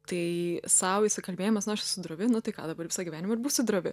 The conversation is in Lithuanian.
tai sau įsikalbėjimas nu aš esu drovi nu tai ką dabar visą gyvenimą ir būsiu drovi